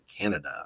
Canada